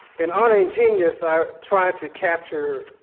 in honoring genius i tried to capture,